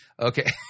Okay